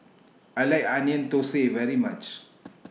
I like Onion Thosai very much